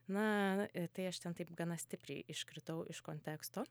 na tai aš ten taip gana stipriai iškritau iš konteksto